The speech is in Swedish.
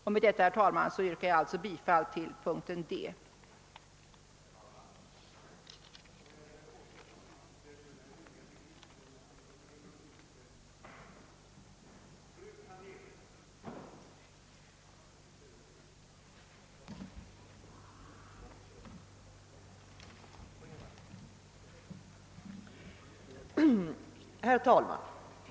Med dessa ord, herr talman, yrkar jag alltså bifall till reservationen 3 vid punkten D.